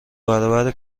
برابر